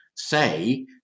say